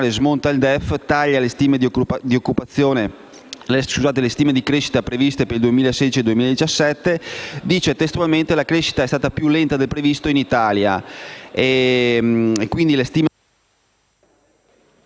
smonta il DEF e taglia le stime di crescita previste per il 2016 e 2017, affermando testualmente che: «La crescita è stata più lenta del previsto in Italia».